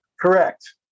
Correct